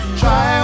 try